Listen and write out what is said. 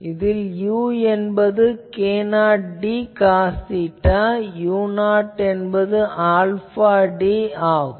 இதில் u என்பது k0d cos theta u0 என்பது ஆல்பா d ஆகும்